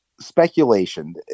speculation